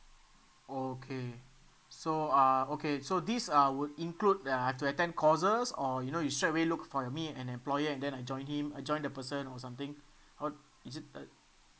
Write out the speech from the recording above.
okay so uh okay so these uh would include that I have to attend courses or you know you straight away look for your me an employer and then I join him I join the person or something what is it uh